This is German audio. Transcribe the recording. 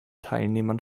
teilnehmern